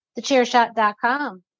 thechairshot.com